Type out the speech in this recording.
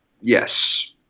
Yes